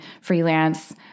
freelance